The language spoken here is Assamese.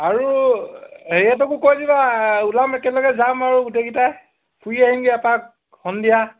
আৰু হেৰিহঁতকো কৈ দিবা ওলাম একেলগে যাম আৰু গোটেইকেইটাই ফুৰি আহিমগৈ এপাক সন্ধিয়া